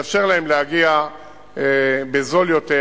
לאפשר להם להגיע בזול יותר